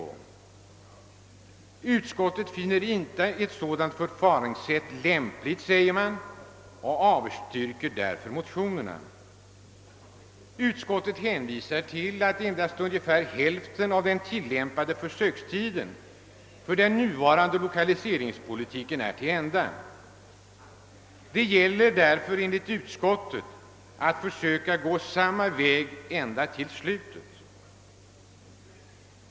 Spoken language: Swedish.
Det heter: » Utskottet finner inte ett sådant förfaringssätt lämpligt och avstyrker därför motionerna även i denna del.» Utskottet hänvisar till att endast ungefär hälften av den tillämnade försökstiden för den nuvarande lokaliseringspolitiken är till ända. Det gäller därför, enligt utskottet, att försöka gå samma väg till slutet.